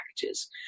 packages